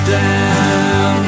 down